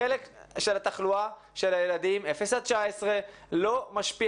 החלק של התחלואה של הילדים בגילאי אפס עד 19 לא משפיע.